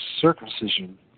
circumcision